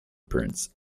prince